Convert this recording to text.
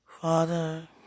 Father